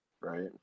right